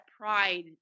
pride